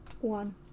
one